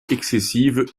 excessive